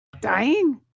dying